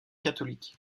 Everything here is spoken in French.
catholique